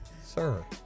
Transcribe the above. Sir